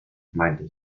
meinte